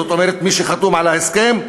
זאת אומרת מי שחתום על ההסכם,